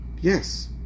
Yes